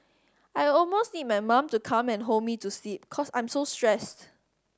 I almost need my mom to come and hold me to sleep cause I'm so stressed